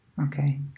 Okay